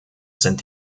sind